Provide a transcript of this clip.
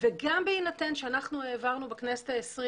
וגם בהינתן שאנחנו העברנו בכנסת העשרים